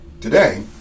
Today